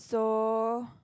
so